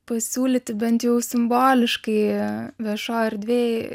pasiūlyti bent jau simboliškai viešoj erdvėj